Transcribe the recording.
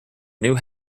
new